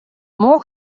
муу